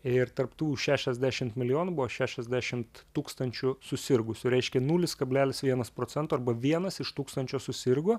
ir tarp tų šešiasdešimt milijonų buvo šešiasdešimt tūkstančių susirgusių reiškia nulis kablelis vienas procento arba vienas iš tūkstančio susirgo